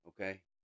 Okay